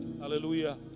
Hallelujah